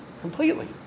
completely